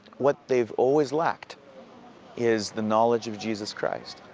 what theyive always lacked is the knowledge of jesus christ.